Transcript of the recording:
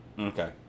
Okay